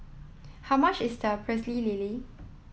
how much is the pecel lele